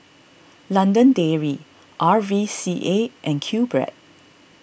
London Dairy R V C A and Qbread